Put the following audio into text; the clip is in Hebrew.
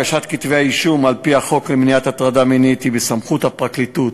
הגשת כתבי-אישום על-פי החוק למניעת הטרדה מינית היא בסמכות הפרקליטות,